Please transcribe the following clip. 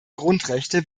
grundrechte